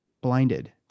blinded